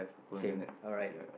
same alright